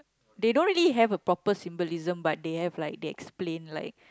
they don't really have a proper symbolism but they have like they explain like